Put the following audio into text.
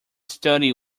study